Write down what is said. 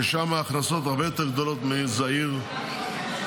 שם ההכנסות הרבה יותר גדולות מזעיר ייעודי.